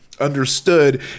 Understood